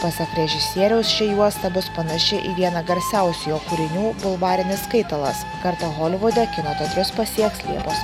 pasak režisieriaus ši juosta bus panaši į vieną garsiausių jo kūrinių bulvarinis skaitalas kartą holivude kino teatrus pasieks liepos